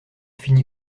finit